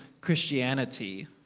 Christianity